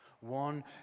One